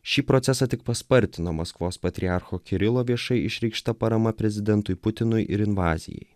šį procesą tik paspartino maskvos patriarcho kirilo viešai išreikšta parama prezidentui putinui ir invazijai